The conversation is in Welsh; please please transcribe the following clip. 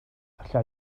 alla